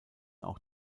auch